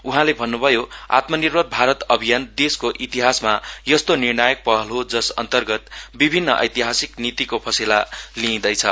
उहाँले भन्न्भयोआत्मानिर्भर भारत अभियान देशको इतिहासमा यस्तो निर्णायक पहल जस अन्तर्गत विभिन्न एतिबासिक नीति फेसला लिइदेछ